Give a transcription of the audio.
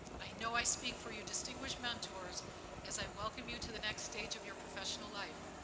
i know i speak for your distinguished mentors as i welcome you to the next stage of your professional life.